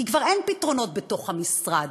כי כבר אין פתרונות בתוך המשרד,